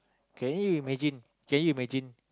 can you imagine can you imagine